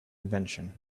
invention